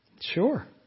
Sure